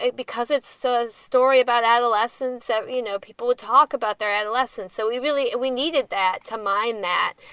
because it's so a story about adolescence that, you know, people would talk about their adolescence. so we really we needed that to mind that.